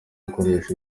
gukoresha